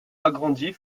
agrandie